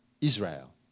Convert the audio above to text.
Israel